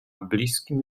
bliskim